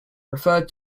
referred